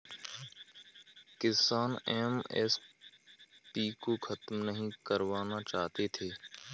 किसान एम.एस.पी को खत्म नहीं करवाना चाहते थे